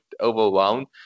overwhelmed